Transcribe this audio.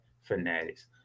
Fanatics